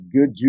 good